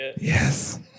yes